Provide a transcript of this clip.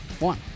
One